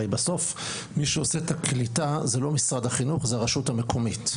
הרי בסוף מי שעושה את הקליטה זה לא משרד החינוך אלא זאת הרשות המקומית.